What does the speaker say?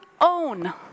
own